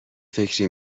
فکری